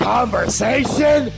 Conversation